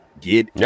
Get